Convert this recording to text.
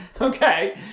Okay